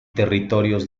territorios